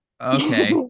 Okay